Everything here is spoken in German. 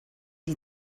die